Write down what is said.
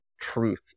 truth